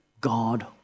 God